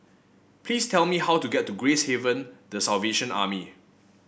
please tell me how to get to Gracehaven The Salvation Army